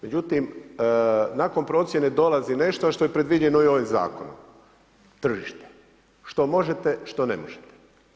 Međutim, nakon procjene dolazi nešto što je i predviđeno ovim zakonom, tržište, što možete, što ne možete.